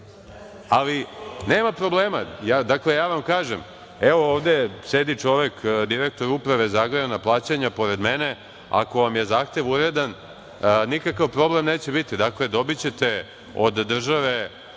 Nema problema. Dakle, ja vam kažem, evo, ovde sedi čovek direktor Uprave za agrarna plaćanja pored mene, ako vam je zahtev uredan, nikakav problem neće biti. Dakle, dobićete od države,